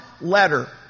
letter